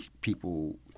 people